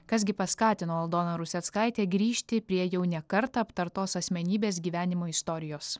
kas gi paskatino aldoną ruseckaitę grįžti prie jau ne kartą aptartos asmenybės gyvenimo istorijos